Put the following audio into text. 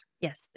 Yes